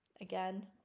Again